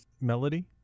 melody